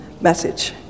message